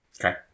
Okay